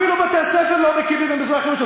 אפילו בתי-ספר לא מקימים במזרח-ירושלים,